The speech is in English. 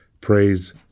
praise